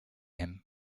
him